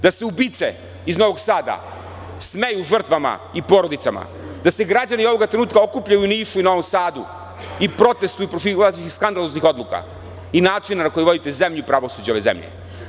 Da se ubice iz Novog Sada smeju žrtvama i porodicama, da se građani ovog trenutka okupljaju u Nišu i Novom Sadu i protestvuju protiv skandaloznih odluka i načina na koji vodite zemlju i pravosuđe ove zemlje.